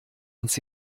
uns